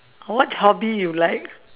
what hobby you like